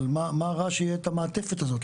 אבל מה רע שתהיה המעטפת הזאת?